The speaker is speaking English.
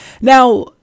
Now